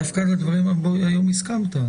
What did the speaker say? דווקא על הדברים היום הסכמת.